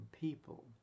people